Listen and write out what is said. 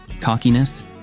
Cockiness